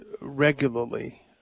regularly